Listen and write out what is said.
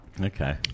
Okay